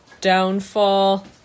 downfall